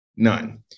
None